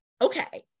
okay